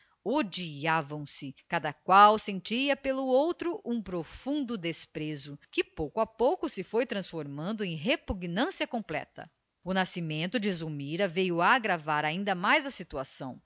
odiavam se cada qual sentia pelo outro um profundo desprezo que pouco a pouco se foi transformando em repugnância completa o nascimento de zulmira veio agravar ainda mais a situação